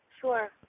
sure